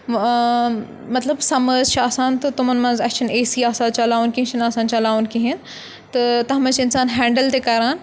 مطلب سَمٲرٕس چھِ آسان تہٕ تمَن منٛز اَسہِ چھُنہٕ اے سی آسان چَلاوُن کیٚنٛہہ چھُنہٕ آسان چَلاوُن کِہیٖنۍ تہٕ تَتھ منٛز چھِ اِنسان ہینٛڈٕل تہِ کَران